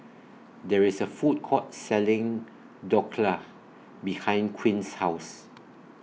There IS A Food Court Selling Dhokla behind Quint's House